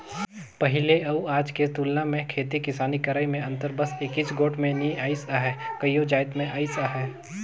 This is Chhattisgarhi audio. पहिली अउ आज के तुलना मे खेती किसानी करई में अंतर बस एकेच गोट में नी अइस अहे कइयो जाएत में अइस अहे